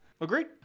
Agreed